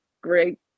great